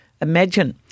Imagine